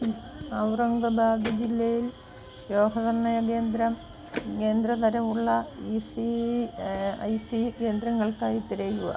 ഔറംഗബാദ് ജില്ലയിൽ രോഗനിർണയ കേന്ദ്രം എന്ന കേന്ദ്ര തരം ഉള്ള ഇ സി ഐ സി കേന്ദ്രങ്ങൾക്കായി തിരയുക